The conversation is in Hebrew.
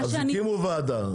אז הקימו ועדה,